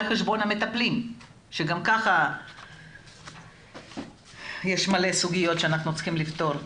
חשבון המטפלים שגם כך יש הרבה סוגיות שאנחנו צריכים לפתור לגביהם.